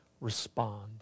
respond